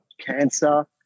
cancer